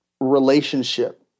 relationship